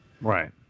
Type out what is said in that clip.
Right